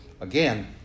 again